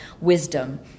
wisdom